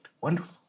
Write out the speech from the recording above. wonderful